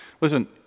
Listen